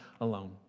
alone